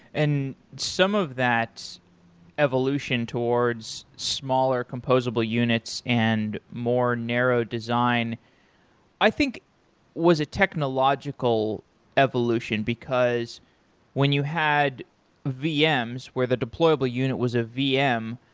and some of that evolution towards smaller composable units and more narrow design i think was a technological evolution because when you had vms where the deployable unit was a vm,